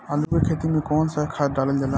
आलू के खेती में कवन सा खाद डालल जाला?